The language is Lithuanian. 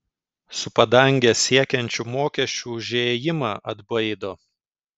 su padanges siekiančiu mokesčiu už įėjimą atbaido